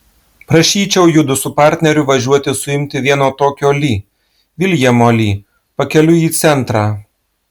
prašyčiau judu su partneriu važiuoti suimti vieno tokio li viljamo li pakeliui į centrą